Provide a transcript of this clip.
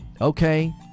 Okay